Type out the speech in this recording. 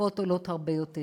התרופות עולות הרבה יותר,